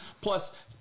plus